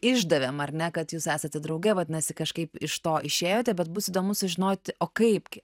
išdavėm ar ne kad jūs esate drauge vadinasi kažkaip iš to išėjote bet bus įdomu sužinot o kaipgi